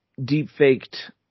deepfaked